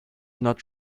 not